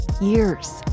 years